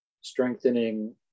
strengthening